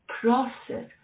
process